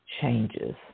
changes